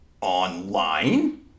Online